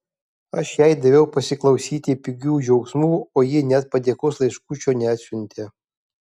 aš jai daviau pasiklausyti pigių džiaugsmų o ji net padėkos laiškučio neatsiuntė